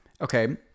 Okay